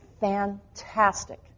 fantastic